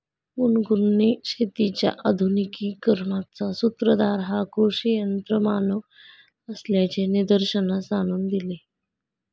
गुनगुनने शेतीच्या आधुनिकीकरणाचा सूत्रधार हा कृषी यंत्रमानव असल्याचे निदर्शनास आणून दिले